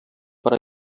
per